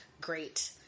great